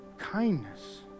kindness